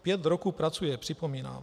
Pět roků pracuje, připomínám.